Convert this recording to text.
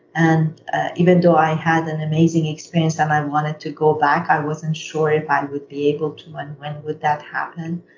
and ah even though i had an amazing experience and i wanted to go back, i wasn't sure if i would be able to unwind with that happening.